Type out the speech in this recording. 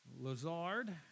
Lazard